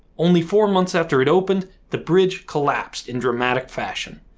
only four months after it opened, the bridge collapsed in dramatic fashion.